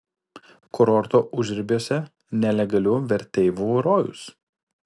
kurorto užribiuose nelegalių verteivų rojus